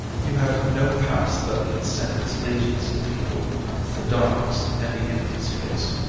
you have no past that can send its legions to people the darkness and the empty space,